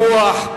ויכוח.